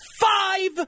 five